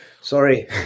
sorry